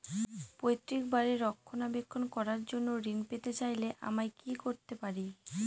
পৈত্রিক বাড়ির রক্ষণাবেক্ষণ করার জন্য ঋণ পেতে চাইলে আমায় কি কী করতে পারি?